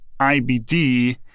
IBD